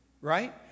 Right